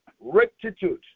rectitude